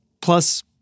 Plus